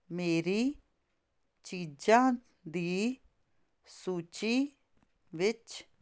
ਮੇਰੀ ਚੀਜ਼ਾਂ ਦੀ ਸੂਚੀ ਵਿੱਚ